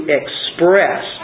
express